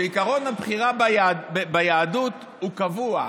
שעקרון הבחירה ביהדות הוא קבוע.